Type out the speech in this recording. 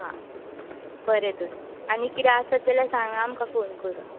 आं बरे तर आनी कितें आसा जाल्यार सांगा आमकां फोन करुन